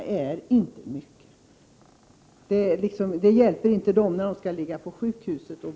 Den hjälper inte dem när de skall betala sina avgifter för en sjukhusvistelse.